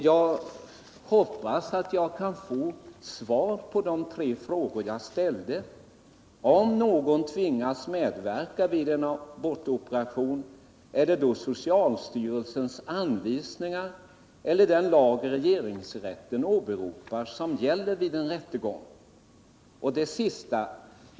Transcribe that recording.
Jag hoppas att jag också kan få svar på de tre frågor jag ställde tidigare. Jag frågade bl.a.: Om någon tvingas medverka vid en abortoperation, är det då socialstyrelsens anvisningar eller den lag regeringsrätten åberopar som gäller vid en rättegång?